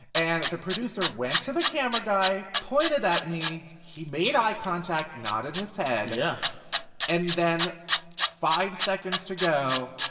and the producer went to the camera guy, pointed at me. he made eye contact, nodded his head. yeah and then five seconds to go,